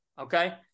Okay